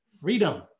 freedom